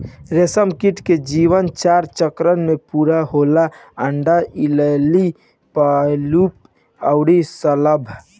रेशमकीट के जीवन चार चक्र में पूरा होला अंडा, इल्ली, प्यूपा अउरी शलभ